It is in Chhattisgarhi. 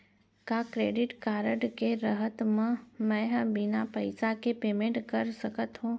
का क्रेडिट कारड के रहत म, मैं ह बिना पइसा के पेमेंट कर सकत हो?